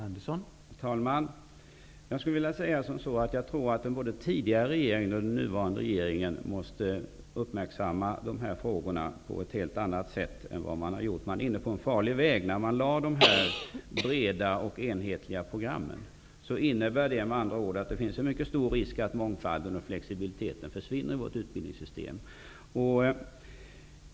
Herr talman! Jag skulle vilja säga som så att både den tidigare regeringen borde ha uppmärksammat och den nuvarande måste uppmärksamma dessa frågor på ett helt annat sätt än man gjort. Man är inne på en farlig väg när man införde de breda och enhetliga programmen. Det innebär med andra ord att det finns en mycket stor risk att mångfalden och flexibiliteten försvinner ur vårt utbildningssystem.